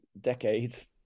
decades